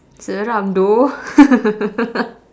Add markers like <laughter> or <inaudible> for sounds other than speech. seram though <laughs>